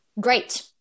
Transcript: Great